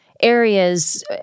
areas